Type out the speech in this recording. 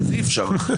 שאי-אפשר,